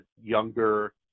younger